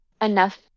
enough